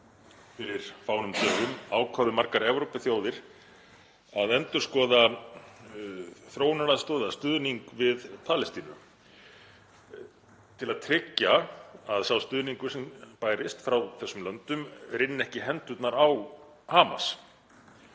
fyrir fáeinum dögum ákváðu margar Evrópuþjóðir að endurskoða þróunaraðstoð eða stuðning við Palestínu til að tryggja að sá stuðningur sem bærist frá þessum löndum rynni ekki í hendurnar á Hamas.